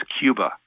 Cuba